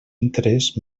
interès